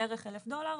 בערך 1,000 דולר,